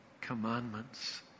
commandments